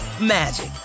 magic